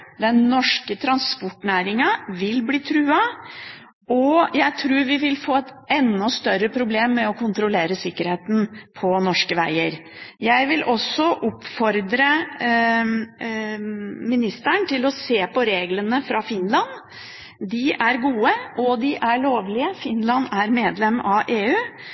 Den norske transportnæringa vil bli truet, og jeg tror vi vil få et enda større problem med å kontrollere sikkerheten på norske veger. Jeg vil også oppfordre ministeren til å se på reglene fra Finland – de er gode, og de er lovlige, Finland er medlem av EU